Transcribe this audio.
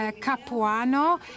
Capuano